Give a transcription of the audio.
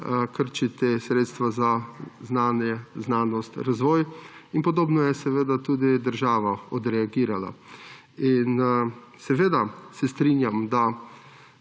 krčiti sredstva za znanje, znanost, razvoj in podobno je seveda tudi država odreagirala. Seveda se strinjam, da